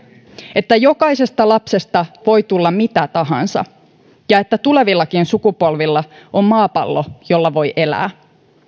että jokaisesta lapsesta voi tulla mitä tahansa ja että tulevillakin sukupolvilla on maapallo jolla voi elää